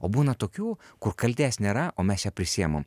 o būna tokių kur kaltės nėra o mes jč prisiimam